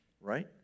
Right